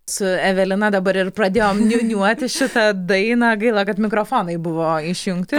su evelina dabar ir pradėjome niūniuoti šitą dainą gaila kad mikrofonai buvo išjungti